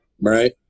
right